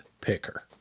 picker